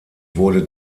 wurde